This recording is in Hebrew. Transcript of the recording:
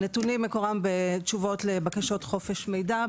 הנתונים - מקורם בתשובות לבקשות חופש מידע.